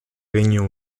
regno